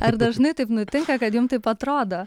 ar dažnai taip nutinka kad jum taip atrodo